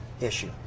issue